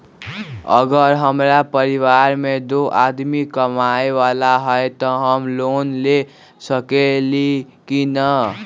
अगर हमरा परिवार में दो आदमी कमाये वाला है त हम लोन ले सकेली की न?